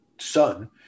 son